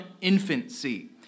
infancy